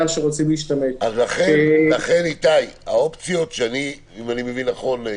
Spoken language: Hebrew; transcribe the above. שרוצים להשתמש --- אם אני מבין נכון,